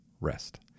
rest